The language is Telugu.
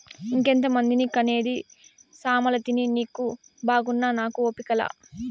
ఇంకెంతమందిని కనేది సామలతిని నీకు బాగున్నా నాకు ఓపిక లా